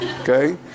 okay